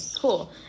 cool